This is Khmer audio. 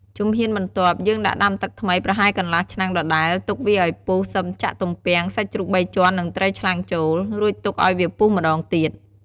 ជំហានបន្ទាប់ យើងដាក់ដាំទឹកថ្មីប្រហែលកន្លះឆ្នាំងដដែល ទុកវាឱ្យពុះ សិមចាក់ទំពាំង សាច់ជ្រូកបីជាន់ និងត្រីឆ្លាំងចូល រួចទុកឱ្យវាពុះម្ដងទៀត។